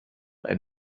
elles